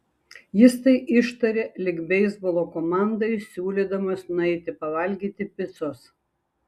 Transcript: jis tai ištarė lyg beisbolo komandai siūlydamas nueiti pavalgyti picos